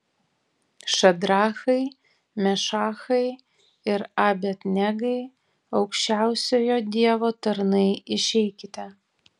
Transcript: šadrachai mešachai ir abed negai aukščiausiojo dievo tarnai išeikite